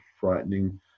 frightening